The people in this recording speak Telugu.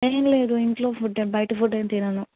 ఏమి లేదు ఇంట్లో ఫుడ్ బయట ఫుడ్ ఏమి తినను